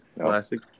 Classic